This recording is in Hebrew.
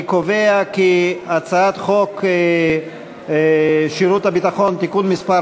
אני קובע כי הצעת חוק שירות ביטחון (תיקון מס'